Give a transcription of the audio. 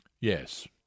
Yes